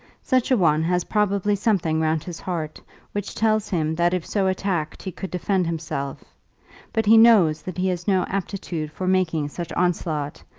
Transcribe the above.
such a one has probably something round his heart which tells him that if so attacked he could defend himself but he knows that he has no aptitude for making such onslaught,